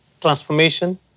transformation